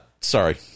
sorry